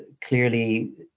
clearly